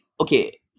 okay